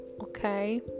okay